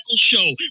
show